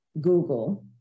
Google